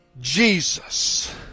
jesus